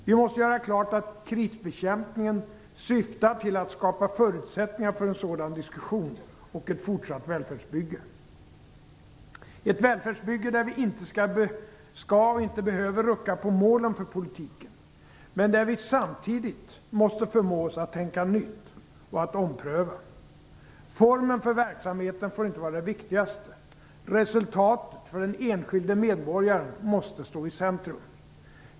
Vi måste göra klart att krisbekämpningen syftar till att skapa förutsättningar för en sådan diskussion och ett fortsatt välfärdsbygge - ett välfärdsbygge där vi inte skall och inte behöver rucka på målen för politiken, men där vi samtidigt måste förmå oss att tänka nytt och att ompröva. Formen för verksamheten får inte vara det viktigaste, resultatet för den enskilde medborgaren måste stå i centrum.